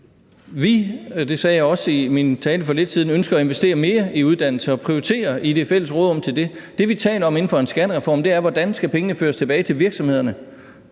– ønsker at investere mere i uddannelse og prioritere i det fælles råderum til det. Det, vi taler om inden for en skattereform, er, hvordan de penge, som virksomhederne